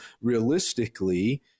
realistically